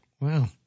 Wow